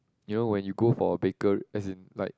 you know when you go for a baker as in like